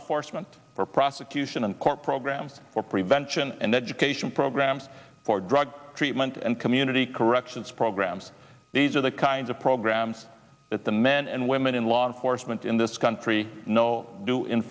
enforcement for prosecution and court program for prevention and education programs for drug treatment and community corrections programs these are the kinds of programs that the men and women in law enforcement in this country know do in